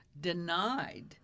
denied